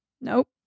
Nope